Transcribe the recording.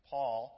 Paul